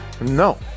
No